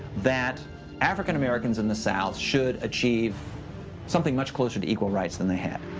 that african americans in the south should achieve something much closer to equal rights than they had.